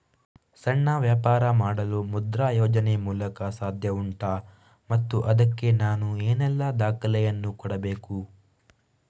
ಸಣ್ಣ ವ್ಯಾಪಾರ ಮಾಡಲು ಮುದ್ರಾ ಯೋಜನೆ ಮೂಲಕ ಸಾಧ್ಯ ಉಂಟಾ ಮತ್ತು ಅದಕ್ಕೆ ನಾನು ಏನೆಲ್ಲ ದಾಖಲೆ ಯನ್ನು ಕೊಡಬೇಕು?